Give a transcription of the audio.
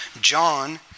John